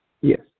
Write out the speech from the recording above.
Yes